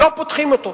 לא פותחים אותו,